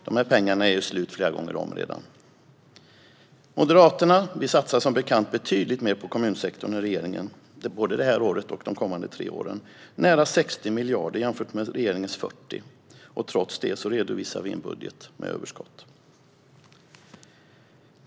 Dessa pengar har redan tagit slut flera gånger om. Moderaterna satsar som bekant betydligt mer på kommunsektorn än regeringen - både detta år och de kommande tre åren - nära 60 extra miljarder jämfört med regeringens 40. Trots detta redovisar vi en budget med överskott.